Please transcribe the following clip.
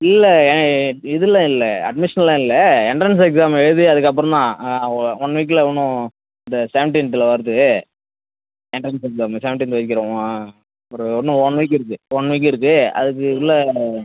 இல்லை இதெலாம் இல்லை அட்மிஷன்லாம் இல்லை எண்ட்ரன்ஸ் எக்ஸாம் எழுதி அதுக்கப்பறம் தான் ஒன் வீக்கில இன்னும் இந்த செவன்டின்த்தில் வருது எண்ட்ரன்ஸ் எக்ஸாமு செவன்டின்த்து வைக்கிறோம் ஒரு இன்னும் ஒன் வீக் இருக்கு ஒன் வீக் இருக்கு அதுக்குள்ளே